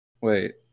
Wait